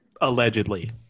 Allegedly